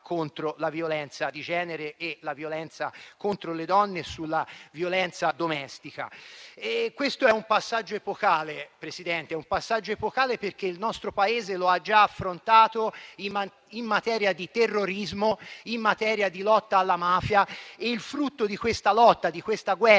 Grazie a tutti